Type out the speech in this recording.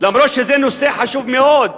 אף-על-פי שזה נושא חשוב מאוד: